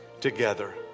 together